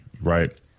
right